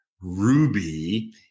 Ruby